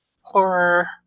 horror